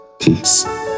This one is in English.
Peace